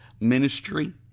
ministry